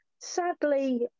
Sadly